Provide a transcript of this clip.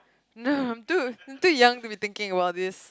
no dude I'm too young to be thinking about this